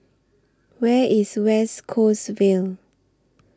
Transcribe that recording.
Where IS West Coast Vale